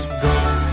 ghost